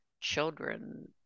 children